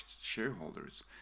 shareholders